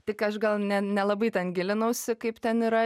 tik aš gal ne nelabai ten gilinausi kaip ten yra